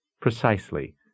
precisely